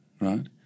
right